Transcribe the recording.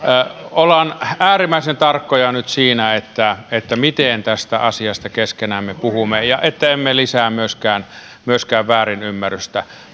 ollaan äärimmäisen tarkkoja nyt siinä miten tästä asiasta keskenämme puhumme ettemme lisää myöskään myöskään väärinymmärrystä